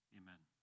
amen